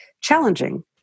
challenging